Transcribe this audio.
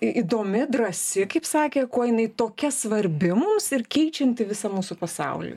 įdomi drąsi kaip sakė kuo jinai tokia svarbi mums ir keičianti visą mūsų pasaulį